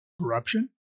corruption